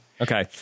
Okay